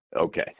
okay